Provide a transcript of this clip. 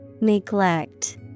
Neglect